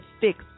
fix